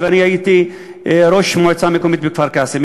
ואני הייתי ראש המועצה המקומית בכפר-קאסם,